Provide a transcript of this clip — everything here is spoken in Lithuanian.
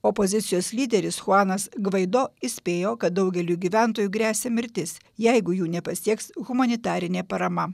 opozicijos lyderis chuanas gvaido įspėjo kad daugeliui gyventojų gresia mirtis jeigu jų nepasieks humanitarinė parama